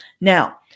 Now